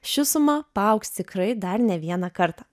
ši suma paaugs tikrai dar ne vieną kartą